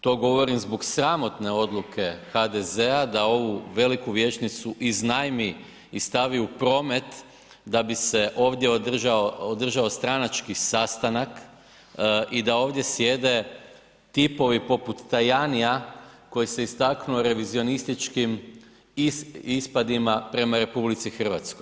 To govorim zbog sramotne odluke HDZ-a da ovu veliku vijećnicu iznajmi i stavi u promet da bi se ovdje održao stranački sastanak i da ovdje sjede tipovi poput Tajanija koji se istaknuo revizionističkim ispadima prema RH.